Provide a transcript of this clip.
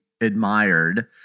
admired